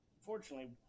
Unfortunately